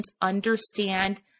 understand